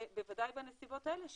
ודאי בנסיבות האלה,